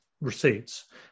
receipts